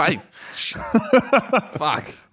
Fuck